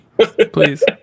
please